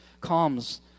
calms